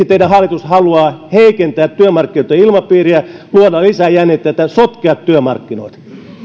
teidän hallituksenne haluaa heikentää työmarkkinoitten ilmapiiriä luoda lisää jännitettä ja sotkea työmarkkinoita